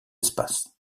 espaces